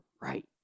Right